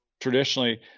traditionally